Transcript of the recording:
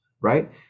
right